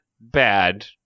bad